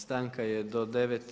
Stanka je do 9,